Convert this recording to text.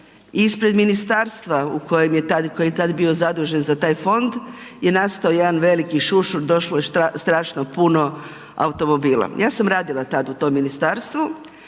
kojem je tad, koji je tad bio zadužen za taj fond je nastao jedan veliki šušur, došlo je strašno puno automobila. Ja sam radila tad u tom ministarstvu